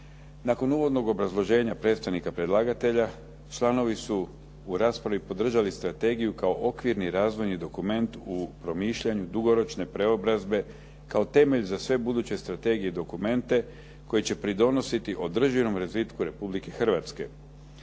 Nakon uvodnog obrazloženja predstavnika predlagatelja članovi su u raspravi podržali strategiju kao okvirni razvojni dokument u promišljanju dugoročne preobrazbe kao temelj za sve buduće strategije i dokumente koji će pridonositi održivom razvitku Republike Hrvatske.